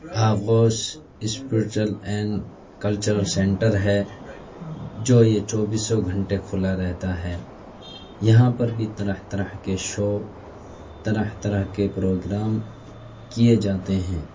Aghosh spiritual and cultural centre ہے جو یہ چوبیسوں گھنٹے کھلا رہتا ہے یہاں پر بھی طرح طرح کے شو طرح طرح کے پروگرام کیے جاتے ہیں